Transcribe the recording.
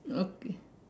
okay